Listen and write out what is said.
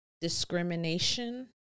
discrimination